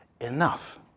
Enough